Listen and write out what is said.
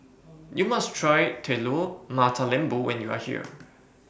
YOU must Try Telur Mata Lembu when YOU Are here